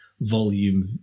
volume